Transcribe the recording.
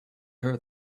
her